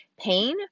pain